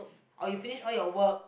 or you finish all your work